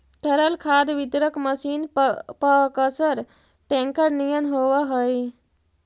तरल खाद वितरक मशीन पअकसर टेंकर निअन होवऽ हई